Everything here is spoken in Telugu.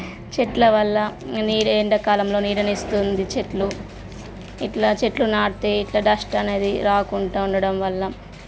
చెట్ల వల్ల నీడ ఎండాకాలంలో నీడని ఇస్తుంది చెట్లు ఇట్లా చెట్లు నాటితే ఇట్ల డస్ట్ అనేది రాకుండా ఉండడం వల్ల